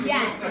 Yes